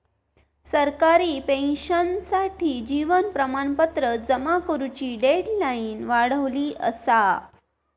सरकारी पेंशनर्ससाठी जीवन प्रमाणपत्र जमा करुची डेडलाईन वाढवली असा